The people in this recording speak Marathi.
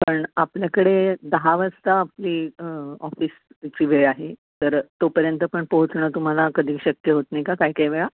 पण आपल्याकडे दहा वाजता आपली ऑफिसची वेळ आहे तर तोपर्यंत पण पोहोचणं तुम्हाला कधी शक्य होत नाही का काय काय वेळा